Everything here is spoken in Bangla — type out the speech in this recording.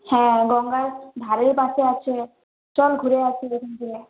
হ্যাঁ গঙ্গার ধারের পাশে আছে চল ঘুরে আসি দেখি গিয়ে